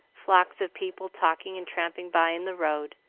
flocks of people talking and tramping by in the road,